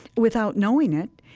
without knowing it.